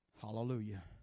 Hallelujah